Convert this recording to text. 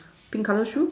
pink color shoe